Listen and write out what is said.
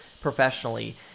professionally